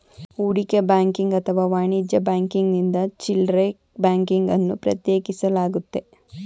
ಹೂಡಿಕೆ ಬ್ಯಾಂಕಿಂಗ್ ಅಥವಾ ವಾಣಿಜ್ಯ ಬ್ಯಾಂಕಿಂಗ್ನಿಂದ ಚಿಲ್ಡ್ರೆ ಬ್ಯಾಂಕಿಂಗ್ ಅನ್ನು ಪ್ರತ್ಯೇಕಿಸಲಾಗುತ್ತೆ